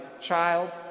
child